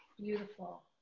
beautiful